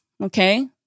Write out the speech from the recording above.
okay